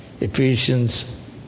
Ephesians